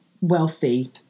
wealthy